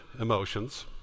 emotions